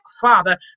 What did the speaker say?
Father